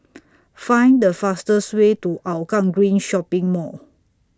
Find The fastest Way to Hougang Green Shopping Mall